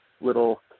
little